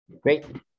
Great